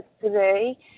today